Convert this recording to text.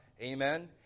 amen